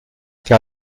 car